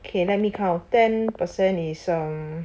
okay let me count ten percent is um